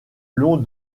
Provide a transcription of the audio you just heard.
long